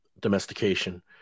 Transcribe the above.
domestication